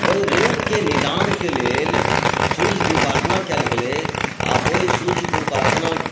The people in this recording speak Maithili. ओहि रोगके निदानके लेल सूर्यके उपासना कयल गेलै आ ओहि सूर्यके उपासना